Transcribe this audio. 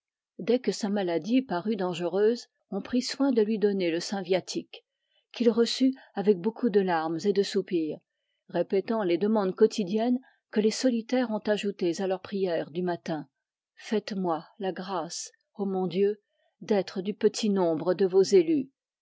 dès que sa maladie parust dangereuse on prit soin de lui donner le saint viatique qu'il receut avec beaucoup de larmes et de soupirs répétant les demandes quotidiennes que les solitaires ont ajoutées à leur prière du matin faites moy la grâce ô mon dieu d'estre du petit nombre de vos élus